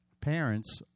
Parents